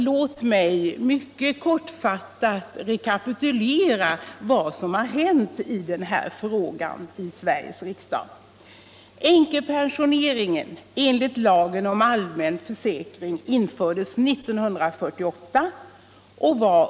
Låt mig dock mycket kortfattat rekapitulera vad som i Sveriges riksdag har hänt i denna fråga.